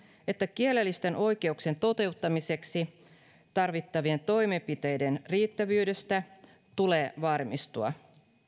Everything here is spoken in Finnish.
että kielellisten oikeuksien toteuttamiseksi tarvittavien toimenpiteiden riittävyydestä tulee varmistua